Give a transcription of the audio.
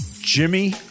Jimmy